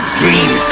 dream